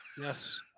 Yes